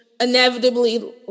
inevitably